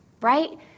right